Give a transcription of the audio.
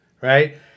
right